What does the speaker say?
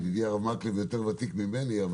ומקלב יותר ותיק ממני,